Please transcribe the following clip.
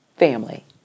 family